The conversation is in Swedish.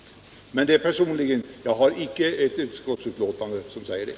Det är emellertid min personliga mening — jag har icke ett utskottsbetänkande som säger det.